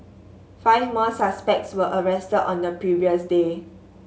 five more suspects were arrested on the previous day